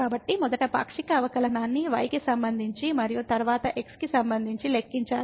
కాబట్టి మొదట పాక్షిక అవకలనాన్ని y కి సంబంధించి మరియు తరువాత x కి సంబంధించి లెక్కించాలి